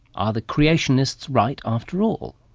are the creationists right after all?